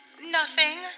Nothing